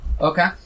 Okay